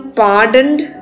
pardoned